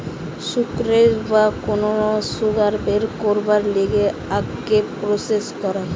sucrose বা cane sugar বের করবার লিগে আখকে প্রসেস করায়